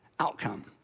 outcome